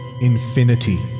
Infinity